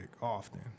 often